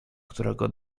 którego